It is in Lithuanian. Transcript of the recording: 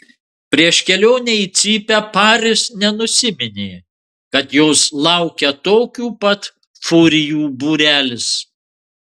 prieš kelionę į cypę paris nenusiminė kad jos laukia tokių pat furijų būrelis